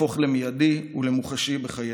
להפוך למיידי ולמוחשי בחיינו.